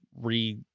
re